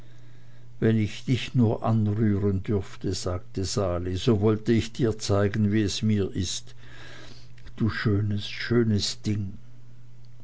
wenn ich dich nur anrühren dürfte sagte sali so wollte ich dir zeigen wie es mir ist du schönes schönes ding